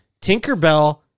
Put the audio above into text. Tinkerbell